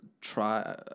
try